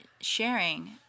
sharing